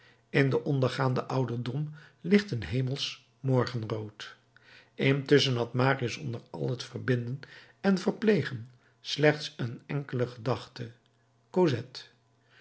in den ondergaanden ouderdom ligt een hemelsch morgenrood intusschen had marius onder al het verbinden en verplegen slechts een enkele gedachte